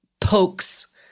pokes